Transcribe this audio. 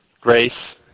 Grace